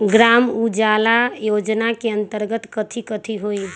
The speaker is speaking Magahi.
ग्राम उजाला योजना के अंतर्गत कथी कथी होई?